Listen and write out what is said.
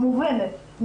מובנת,